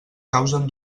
causen